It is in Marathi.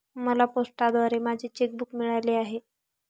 मला पोस्टाद्वारे माझे चेक बूक मिळाले आहे